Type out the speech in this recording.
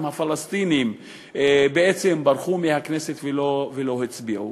הפלסטינים בעצם ברחו מהכנסת ולא הצביעו.